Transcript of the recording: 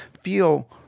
feel